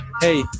hey